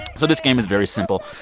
so this game is very simple.